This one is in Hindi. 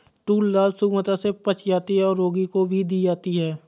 टूर दाल सुगमता से पच जाती है और रोगी को भी दी जाती है